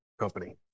company